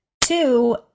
Two